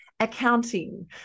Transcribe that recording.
accounting